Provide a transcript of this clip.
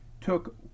took